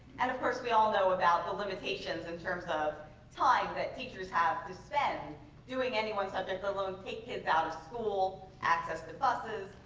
and of course we all know about the limitations in terms of time that teachers have to spend doing any one subject let alone take kids out of school, access to buses,